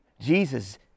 Jesus